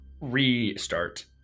restart